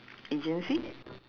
agency